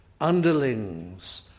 underlings